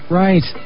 right